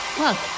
look